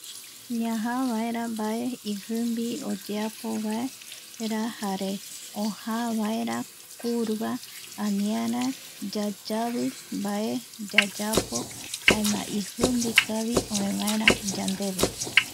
ñajaa vaera mbae ijimbi oyeapo vae, ra jare ojaa vaera curva aniara yayavi mbae yayapo jaema ijimbikavi vaera óe yandeve